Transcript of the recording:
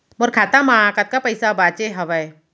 मोर खाता मा कतका पइसा बांचे हवय?